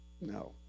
No